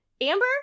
Amber